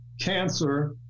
cancer